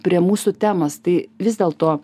prie mūsų temos tai vis dėlto